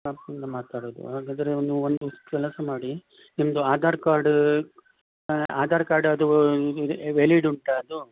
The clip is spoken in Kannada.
ಕಾಪುವಿಂದ ಮಾತಾಡೋದು ಹಾಗಾದರೆ ಒಂದು ಒಂದು ಕೆಲಸ ಮಾಡಿ ನಿಮ್ಮದು ಆಧಾರ್ ಕಾರ್ಡ್ ಆಧಾರ್ ಕಾರ್ಡ್ ಅದು ಇದು ಇದೆ ವೇಲಿಡ್ ಉಂಟಾ ಅದು